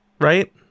Right